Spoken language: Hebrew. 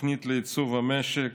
תוכנית לייצוב המשק.